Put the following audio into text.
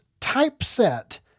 typeset